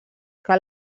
cal